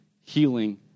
healing